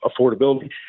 affordability